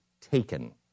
taken